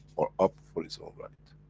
or up, for its own right.